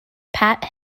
pat